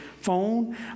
phone